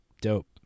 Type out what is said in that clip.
dope